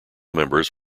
members